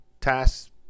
tasks